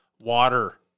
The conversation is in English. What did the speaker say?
water